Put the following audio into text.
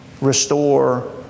Restore